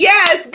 Yes